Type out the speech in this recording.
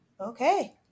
Okay